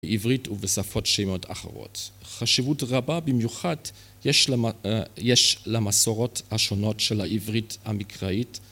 בעברית ובשפות שמייות אחרות. חשיבות רבה במיוחד יש למסורות השונות של העברית המקראית